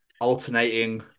alternating